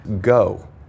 Go